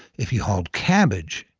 if you hauled cabbage,